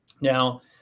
Now